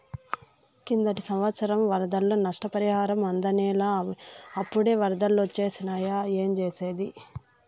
కిందటి సంవత్సరం వరదల్లో నష్టపరిహారం అందనేలా, అప్పుడే ఒరదలొచ్చేసినాయి ఏంజేసేది